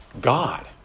God